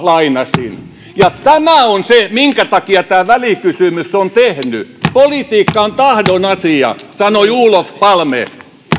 lainasin tämä on se minkä takia tämä välikysymys on tehty politiikka on tahdon asia sanoi olof palme